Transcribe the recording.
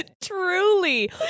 Truly